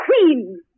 queen